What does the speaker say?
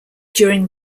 during